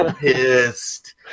pissed